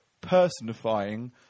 personifying